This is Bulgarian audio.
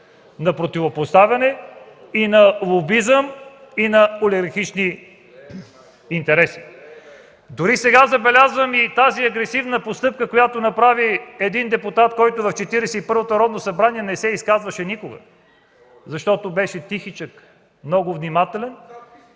на противопоставяне, на лобизъм и на олигархични интереси. Дори сега забелязвам и тази агресивна постъпка, която извърши един депутат, който в Четиридесет и първото Народно събрание не се изказваше никога. Беше тихичък, много внимателен.